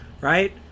right